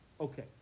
Okay